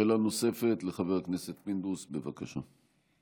שאלה נוספת לחבר הכנסת פינדרוס, בבקשה.